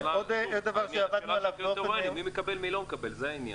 השאלה מי מקבל ומי לא מקבל, זה העניין.